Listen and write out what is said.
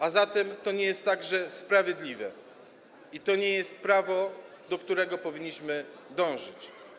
A zatem to nie jest także sprawiedliwe i to nie jest prawo, do którego powinniśmy dążyć.